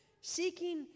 Seeking